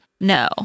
No